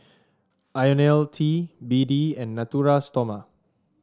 IoniL T B D and Natura Stoma